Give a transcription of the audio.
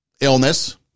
illness